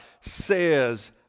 says